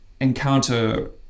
encounter